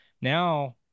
Now